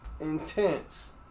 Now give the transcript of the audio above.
intense